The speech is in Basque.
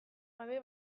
gabe